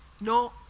No